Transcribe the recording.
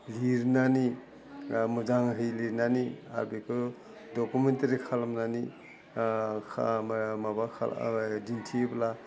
लिरनानै मोजांहै लिरनानै आरो बेखौ डकुमेन्टिरि खालामनानै माबा दिन्थियोब्ला